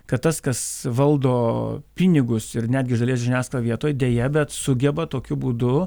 kad tas kas valdo pinigus ir netgi iš dalies žiniasklaida vietoj deja bet sugeba tokiu būdu